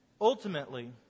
Ultimately